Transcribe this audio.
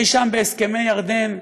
אי-שם בהסכמי ירדן,